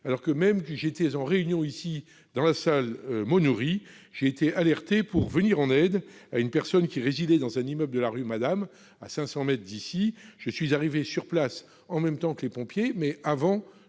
alors même que je participais à une réunion dans la salle Monory, j'ai été alerté pour venir en aide à une personne résidant dans un immeuble de la rue Madame, à 500 mètres du Sénat. Je suis arrivé sur place en même temps que les pompiers, mais avant